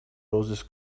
roses